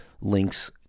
links